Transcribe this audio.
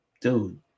dude